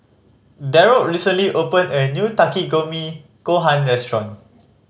Darold recently opened a new Takikomi Gohan Restaurant